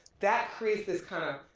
that creates this kind of,